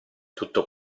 tutto